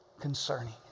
concerning